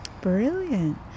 brilliant